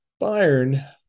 Bayern